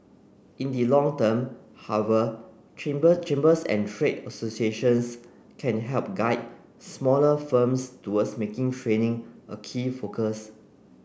in the long term however chamber chambers and trade associations can help guide smaller firms towards making training a key focus